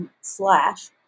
slash